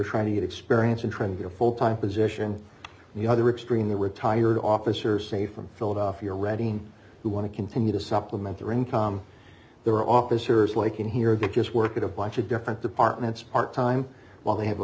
trying to get experience in trying to get a full time position and the other extreme the retired officers say from philadelphia reading who want to continue to supplement their income there are officers like in here that just work at a bunch of different departments part time while they have a